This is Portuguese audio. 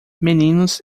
meninos